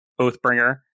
Oathbringer